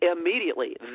immediately